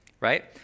right